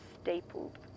stapled